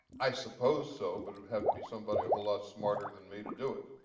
i suppose so. but it have to be somebody a whole lot smarter than me to do it.